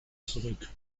zurück